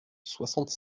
soixante